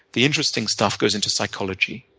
the interesting stuff goes into psychology.